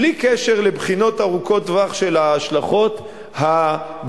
בלי קשר לבחינות ארוכות טווח של ההשלכות הבריאותיות,